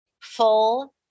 full